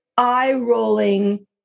eye-rolling